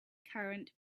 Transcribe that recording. current